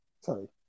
Sorry